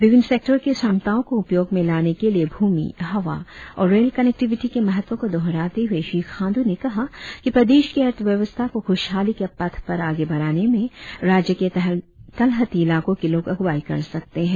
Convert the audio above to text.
विभिन्न सेक्टरों के क्षमताओं को उपयोग में लाने के लिए भूमि हवा और रेल कनेक्टिविटी के महत्व को दोहराते हुए श्री खाण्डू ने कहा कि प्रदेश के अर्थव्यवस्था को ख्रशहाली के पथ पर आगे बढ़ाने में राज्य के तलहटी इलाकों के लोग आग़वाई कर सकते है